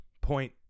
point